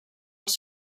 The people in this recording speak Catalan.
els